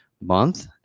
month